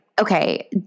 okay